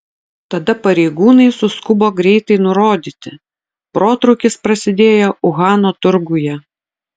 tada pareigūnai suskubo greitai nurodyti protrūkis prasidėjo uhano turguje